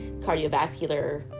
cardiovascular